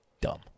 dumb